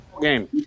Game